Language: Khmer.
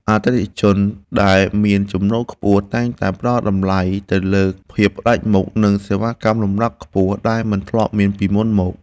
អតិថិជនដែលមានចំណូលខ្ពស់តែងតែផ្តល់តម្លៃទៅលើភាពផ្តាច់មុខ និងសេវាកម្មលំដាប់ខ្ពស់ដែលមិនធ្លាប់មានពីមុន។